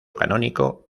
canónico